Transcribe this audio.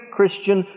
Christian